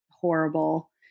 horrible